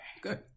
good